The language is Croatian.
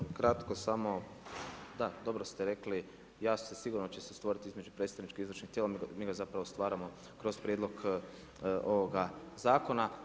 Pa evo, kratko samo, da, dobro ste rekli, jaz će, sigurno će se stvoriti između predstavničkih i izvršnih tijela, mi ga zapravo stvaramo kroz prijedlog ovoga zakona.